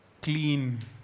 clean